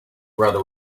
rudder